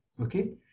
Okay